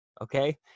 Okay